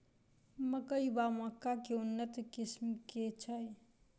मकई वा मक्का केँ उन्नत किसिम केँ छैय?